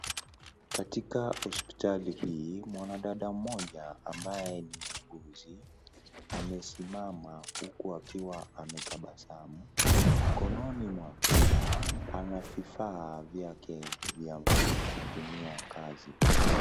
Katika hospitali hii mwanadada mmoja ambaye ni muuguzi amesimama huku akiwa ametabasamu .Mkononi mwake ana vifaa vyake vya kutumia kazi.